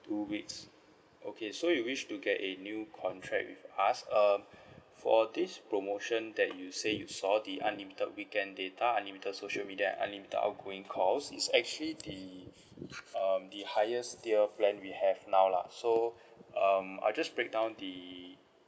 two weeks okay so you wish to get a new contract with us uh for this promotion that you say you saw the unlimited weekend data unlimited social media unlimited outgoing calls it's actually the um the highest tier plan we have now lah so um I'll just break down the